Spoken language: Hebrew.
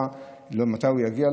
מתי הוא יגיע?